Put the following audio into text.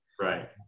right